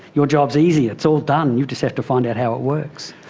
your job's easy. it's all done. you just have to find out how it works.